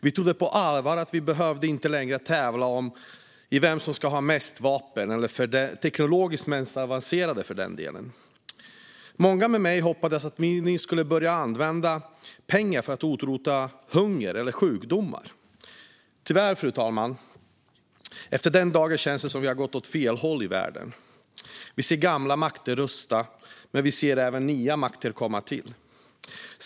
Vi trodde på allvar att vi inte längre behövde tävla om vem som skulle ha flest eller för den delen teknologiskt mest avancerade vapen. Många med mig hoppades att vi nu skulle börja använda pengarna för att utrota hunger eller sjukdomar. Tyvärr, fru talman, känns det efter den dagen som om vi gått åt fel håll i världen. Vi ser gamla makter rusta, men vi ser även nya makter komma till.